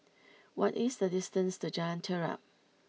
what is the distance to Jalan Terap